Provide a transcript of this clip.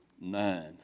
nine